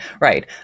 right